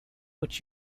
which